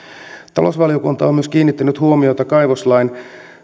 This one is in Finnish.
talousvaliokunta on on myös kiinnittänyt huomiota kaivoslain